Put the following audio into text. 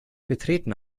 betreten